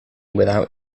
without